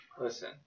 listen